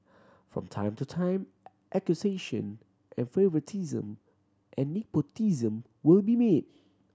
from time to time accusation of favouritism and nepotism will be made